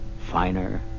finer